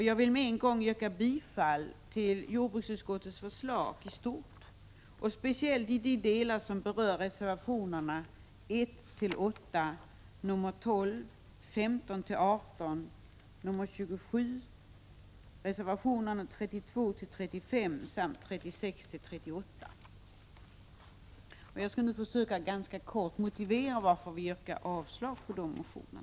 Jag vill med en gång yrka bifall till jordbruksutskottets hemställan, speciellt när det gäller de moment som föranlett reservationerna 1—8, 12, 15—18, 27, 32—35 och 36—38. Jag skall nu relativt kortfattat motivera varför vi yrkar avslag på dessa motioner.